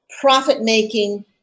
profit-making